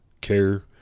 care